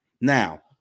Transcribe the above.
Now